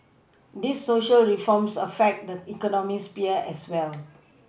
these Social reforms affect the economic sphere as well